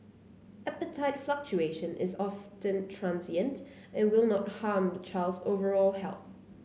appetite fluctuation is often transient and will not harm the child's overall health